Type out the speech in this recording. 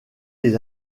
les